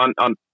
On